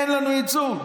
אין לנו ייצוג.